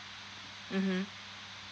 mmhmm